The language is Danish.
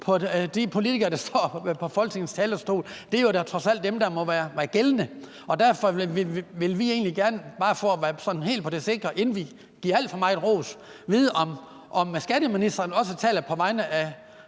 de politikere, der står på Folketingets talerstol, trods alt er dem, der må være gældende. Derfor ville vi egentlig gerne bare for at være sådan helt sikre, inden vi giver alt for meget ros, vide, om skatteministeren også taler på vegne af